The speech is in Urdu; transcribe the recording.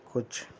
کچھ